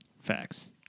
Facts